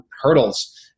hurdles